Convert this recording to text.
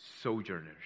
sojourners